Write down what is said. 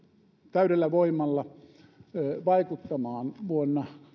täydellä voimalla vaikuttamaan vuonna